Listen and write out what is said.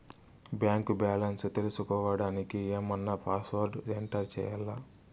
Bank balance తెలుసుకోవడానికి ఏమన్నా password enter చేయాలా?